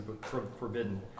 forbidden